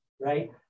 right